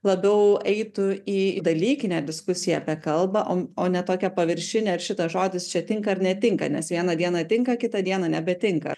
labiau eitų į dalykinę diskusiją apie kalbą o on ne tokią paviršinę ar šitas žodis čia tinka ar netinka nes vieną dieną tinka kitą dieną nebetinka